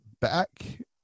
back